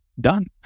done